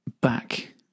back